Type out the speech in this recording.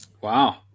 Wow